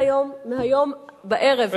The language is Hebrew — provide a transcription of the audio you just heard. מהערב.